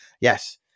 Yes